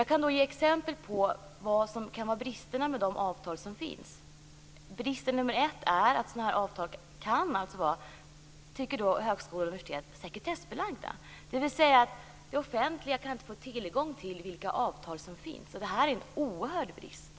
Jag kan ge exempel på bristerna med de avtal som finns. En brist är att högskolor och universitet tycker att sådana här avtal kan vara sekretessbelagda. Det offentliga kan alltså inte få tillgång till vilka avtal som finns. Det här är en oerhörd brist!